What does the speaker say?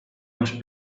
los